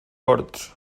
horts